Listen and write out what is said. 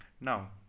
Now